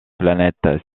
planète